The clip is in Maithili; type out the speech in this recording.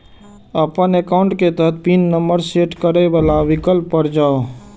अपन एकाउंट के तहत पिन नंबर सेट करै बला विकल्प पर जाउ